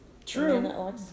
True